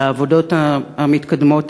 על העבודות המתקדמות,